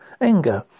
anger